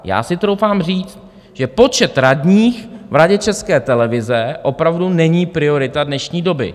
Já si troufám říct, že počet radních v Radě České televize opravdu není priorita dnešní doby.